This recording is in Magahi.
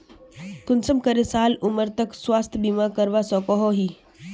कुंसम करे साल उमर तक स्वास्थ्य बीमा करवा सकोहो ही?